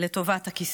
לטובת הכיסא.